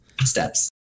Steps